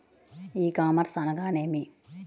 ఈ కామర్స్ అనగా నేమి?